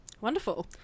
Wonderful